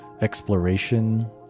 exploration